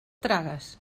tragues